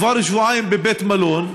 הן כבר שבועיים בבית מלון.